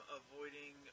avoiding